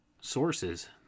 sources